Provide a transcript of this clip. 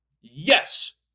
Yes